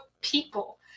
people